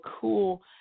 cool